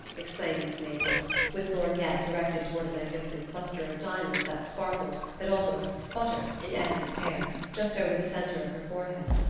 exclaimed miss mayblunt, with lorgnette directed toward a magnificent cluster of diamonds that sparkled, that almost sputtered, in edna's hair, just over the center of her forehead.